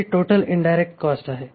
ही total indirect cost आहे